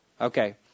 okay